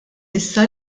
issa